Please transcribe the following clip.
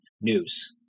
news